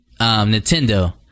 Nintendo